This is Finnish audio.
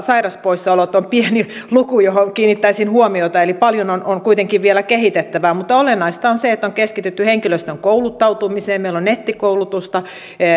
sairauspoissaolot on pieni luku johon kiinnittäisin huomiota eli paljon on on kuitenkin vielä kehitettävää mutta olennaista on se että on keskitytty henkilöstön kouluttautumiseen meillä on nettikoulutusta